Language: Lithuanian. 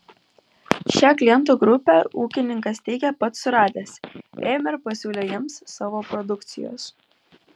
šią klientų grupę ūkininkas teigia pats suradęs ėmė ir pasiūlė jiems savo produkcijos